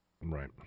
Right